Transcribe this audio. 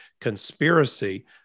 conspiracy